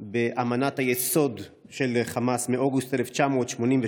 באמנת היסוד של חמאס מאוגוסט 1988,